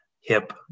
hip